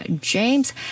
james